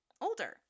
older